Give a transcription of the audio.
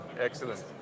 Excellent